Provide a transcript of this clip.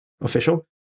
official